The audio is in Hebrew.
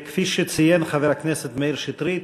כפי שציין חבר הכנסת מאיר שטרית,